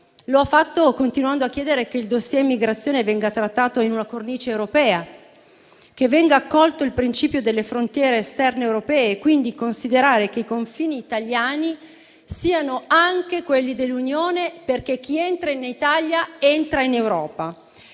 Lo ha fatto continuando a chiedere che il *dossier* immigrazione venga trattato in una cornice europea; che venga accolto il principio delle frontiere esterne europee, e quindi considerare che i confini italiani siano anche quelli dell'Unione, perché chi entra in Italia entra in Europa.